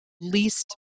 least